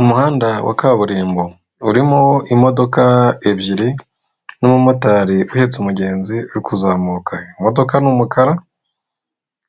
Umuhanda wa kaburimbo urimo imodoka ebyiri n'umumotari uhetse umugenzi uri kuzamuka imodoka ni umukara